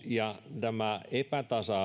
ja näihin epätasa